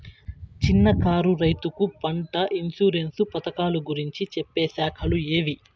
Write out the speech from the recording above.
చిన్న కారు రైతుకు పంట ఇన్సూరెన్సు పథకాలు గురించి చెప్పే శాఖలు ఏవి?